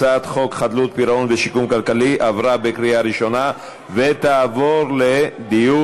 הצעת חוק חדלות פירעון ושיקום כלכלי עברה בקריאה ראשונה ותועבר לדיון